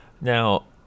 now